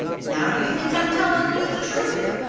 now do you think i'm telling you the truth?